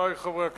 חברי חברי הכנסת,